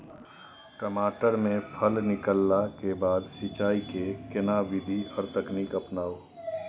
टमाटर में फल निकलला के बाद सिंचाई के केना विधी आर तकनीक अपनाऊ?